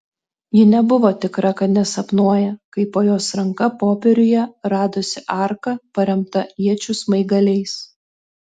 ji nebuvo tikra kad nesapnuoja kai po jos ranka popieriuje radosi arka paremta iečių smaigaliais